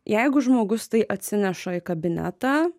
jeigu žmogus tai atsineša į kabinetą